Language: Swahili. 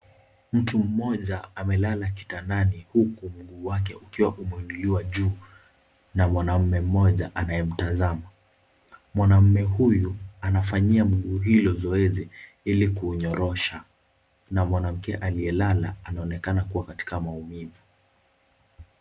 MTU mmoja amelala kitandani huku mguu wake ukiwa umeinuliwa juu na mwanaume mmoja anayemtazama, mwanaume huyu anafanyia mguu Hilo zoezi ili kuunyorosha na mwanamke aliyelala anaonekana kuwa katika maumivu.